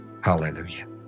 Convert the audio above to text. Hallelujah